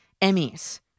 Emmys